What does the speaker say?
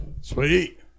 Sweet